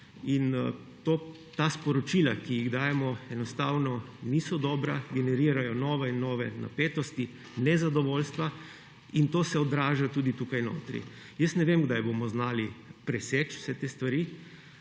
Ta sporočila, ki jih dajemo, enostavno niso dobra, generirajo nove in nove napetosti, nezadovoljstva; in to se odraža tudi tukaj notri. Jaz ne vem, kdaj bomo znali preseči vse te stvari.